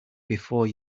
before